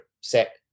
set